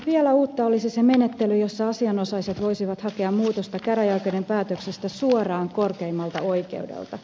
vielä uutta olisi se menettely jossa asianosaiset voisivat hakea muutosta käräjäoikeuden päätöksestä suoraan korkeimmalta oikeudelta